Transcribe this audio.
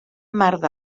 marc